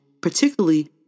particularly